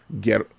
get